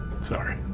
Sorry